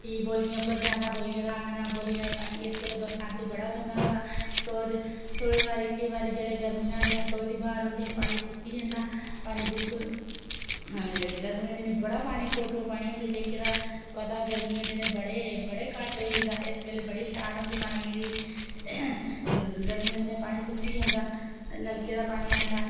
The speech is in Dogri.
फ्ही बौलिये पर जाैवना बौलिये दा आह्नना बौलियें दा पानी इसलै बड़ा गंदा होंदा केईं बारी जिसलै गर्मियां होंदियां सोहे दी ब्हार होंदा पानी सुक्की जंदा पानी बिल्कुल गर्मियें दे दिनें बड़े पानी होंदा कोरजमां पानी होंदे जेह्ड़े तां पता ऐ गर्मियें दे दिनें बड़ा घट्ट होई जंदा ऐ उस बेल्ले बड़ी शार्ट होंदी पानियें दी गर्मियें दे दिने पानी सुक्की जंदा नलके दा पानी औंदा